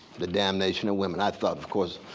the damnation of women. i thought, of course,